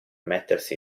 mettersi